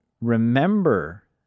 remember